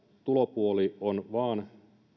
tulopuoli on vain